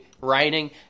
raining